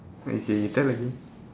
okay you tell again